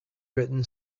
written